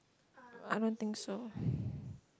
I don't think so